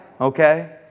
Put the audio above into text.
Okay